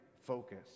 focus